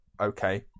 okay